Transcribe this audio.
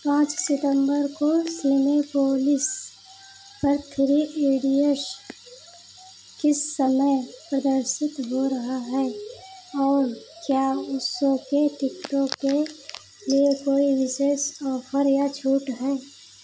पाँच सितम्बर को सिनेपोलिस पर थ्री इडियट्स किस समय प्रदर्शित हो रहा है और क्या उस शो के टिकटों के लिए कोई विशेष ऑफ़र या छूट है